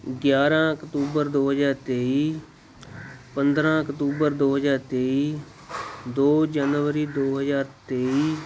ਗਿਆਰ੍ਹਾਂ ਅਕਤੂਬਰ ਦੋ ਹਜ਼ਾਰ ਤੇਈ ਪੰਦਰ੍ਹਾਂ ਅਕਤੂਬਰ ਦੋ ਹਜ਼ਾਰ ਤੇਈ ਦੋ ਜਨਵਰੀ ਦੋ ਹਜ਼ਾਰ ਤੇਈ